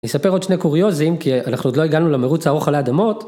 נספר עוד שני קוריוזים, כי אנחנו עוד לא הגענו למרוץ הארוך על האדמות.